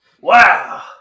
Wow